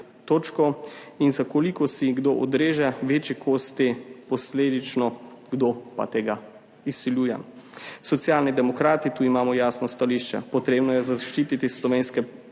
za koliko si kdo odreže večji kos posledično, kdo pa tega izsiljuje. Socialni demokrati tu imamo jasno stališče - treba je zaščititi slovenske